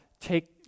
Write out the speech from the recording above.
take